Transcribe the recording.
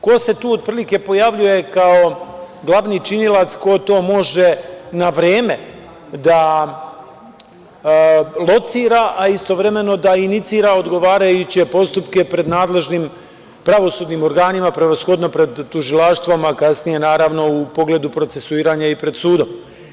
Ko se tu, otprilike, pojavljuje kao glavni činilac ko to može na vreme da locira, a istovremeno da inicira odgovarajuće postupke pred nadležnim pravosudnim organima, prevashodno pred tužilaštvom, a kasnije naravno u pogledu procesuiranja i pred sudom?